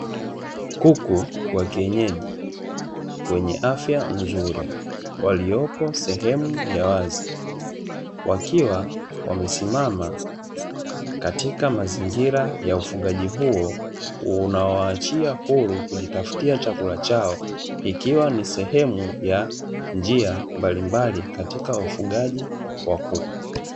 Kuku wa kienyeji wenye afya nzuri waliyopo sehemu ya wazi wakiwa wamesimama katika mazingira ya ufugaji huo unaowaachia huru kujitafutia chakula chao, ikiwa ni sehemu ya njia mbalimbali katika ufugaji wa kuku.